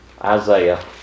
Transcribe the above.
Isaiah